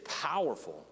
powerful